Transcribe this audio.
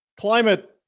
Climate